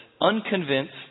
unconvinced